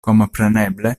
kompreneble